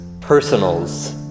personals